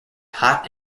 hot